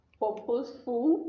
purposeful